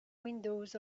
windows